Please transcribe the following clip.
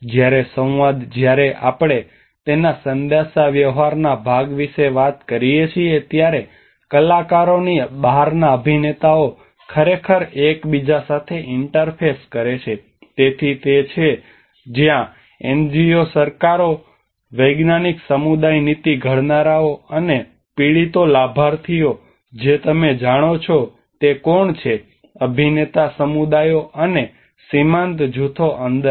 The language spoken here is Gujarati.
જ્યારે સંવાદ જ્યારે આપણે તેના સંદેશાવ્યવહારના ભાગ વિશે વાત કરીએ છીએ ત્યારે કલાકારોની બહારના અભિનેતાઓ ખરેખર એક બીજા સાથે ઇન્ટરફેસ કરે છે તેથી તે છે જ્યાં એનજીઓ સરકારો વૈજ્ઞાનિક સમુદાય નીતિ ઘડનારાઓ અને પીડિતો લાભાર્થીઓ જે તમે જાણો છો તે કોણ છે અભિનેતા સમુદાયો અને સીમાંત જૂથો અંદર